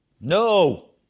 No